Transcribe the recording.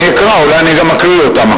אני אקרא.